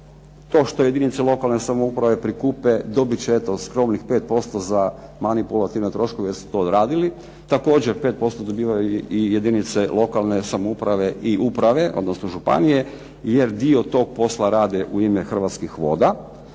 To što jedinice lokalne samouprave prikupe, dobit će eto skromnih 5% za manipulativne troškove, jer su to odradili. Također 5% dobivaju i jedinice lokalne samouprave i uprave, odnosno županije, jer dio tog posla rade u ime Hrvatskih voda.